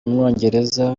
umwongereza